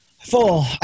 Full